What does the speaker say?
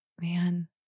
man